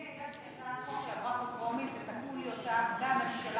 אני הגשתי הצעת חוק שעברה בטרומית ותקעו לי אותה בממשלה